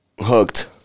hooked